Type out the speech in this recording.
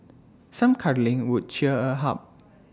some cuddling would cheer her up